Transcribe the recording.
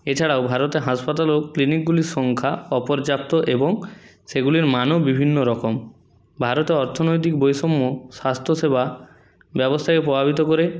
এছাড়াও ভারতের হাসপাতাল ও ক্লিনিকগুলির সংখ্যা অপর্যাপ্ত এবং সেগুলির মানও বিভিন্ন রকম ভারতে অর্থনৈতিক বৈষম্য স্বাস্থ্যসেবা ব্যবস্থায় প্রভাবিত করে